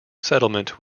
settlement